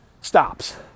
stops